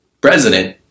president